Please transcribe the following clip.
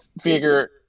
figure